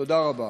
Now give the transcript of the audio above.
תודה רבה.